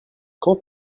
quand